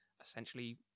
essentially